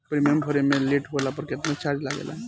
Premium भरे मे late होला पर केतना चार्ज लागेला?